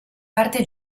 parte